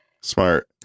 Smart